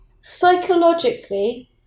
psychologically